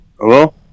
Hello